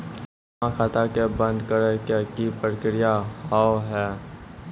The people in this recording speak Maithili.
जमा खाता के बंद करे के की प्रक्रिया हाव हाय?